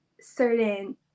certain